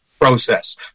process